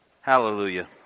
Hallelujah